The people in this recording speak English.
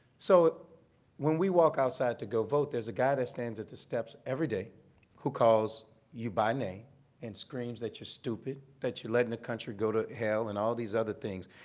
so when we walk outside to go vote, there's a guy that stands at the steps everyday who calls you by name and screams that you're stupid, that you're letting the country go to hell and all these other things.